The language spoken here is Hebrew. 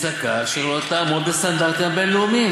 מסלקה אשר לא תעמוד בסטנדרטים הבין-לאומיים,